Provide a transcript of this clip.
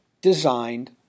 designed